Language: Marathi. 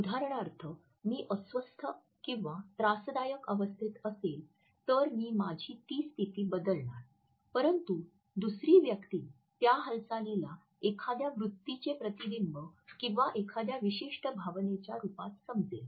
उदाहरणार्थ मी अस्वस्थ किंवा त्रासदायक अवस्थेत असेल तर मी माझी ती स्थिती बदलणार परंतु दुसरी व्यक्ती त्या हालचालीला एखाद्या वृत्तीचे प्रतिबिंब किंवा एखाद्या विशिष्ट भावनेच्या रुपात समजेल